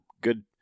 good